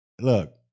Look